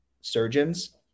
Surgeons